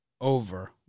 over